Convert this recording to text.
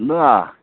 बाह